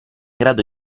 grado